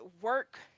work